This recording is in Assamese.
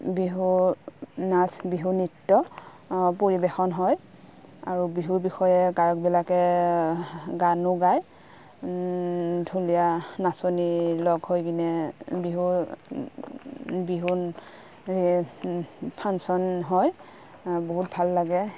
বিহুৰ নাচ বিহু নৃত্য পৰিৱেশন হয় আৰু বিহুৰ বিষয়ে গায়কবিলাকে গানো গায় ঢুলীয়া নাচনীৰ লগ হৈ কিনে বিহু বিহু ফাংচন হয় বহুত ভাল লাগে